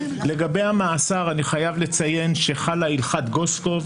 לגבי המעצר אני חייב לציין שחלה הלכת גוסקוב,